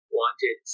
wanted